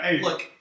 look